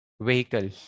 vehicle